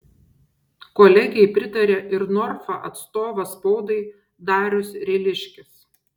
kolegei pritarė ir norfa atstovas spaudai darius ryliškis